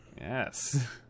Yes